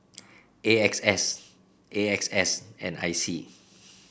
A X S A X S and I C